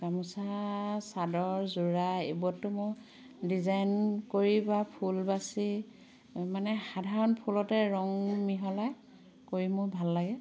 গামোচা চাদৰ যোৰা এইবোৰততো মই ডিজাইন কৰি বা ফুল বাচি মানে সাধাৰণ ফুলতে ৰং মিহলাই কৰি মোৰ ভাল লাগে